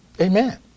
Amen